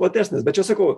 platesnis bet čia sakau